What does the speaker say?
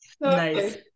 Nice